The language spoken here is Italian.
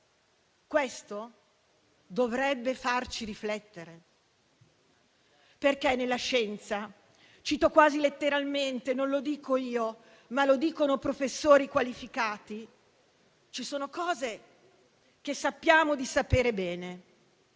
Questo dovrebbe farci riflettere, perché nella scienza - cito quasi letteralmente, non lo dico io, ma lo dicono professori qualificati - ci sono cose che sappiamo di sapere bene,